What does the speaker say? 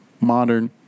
modern